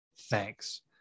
Thanks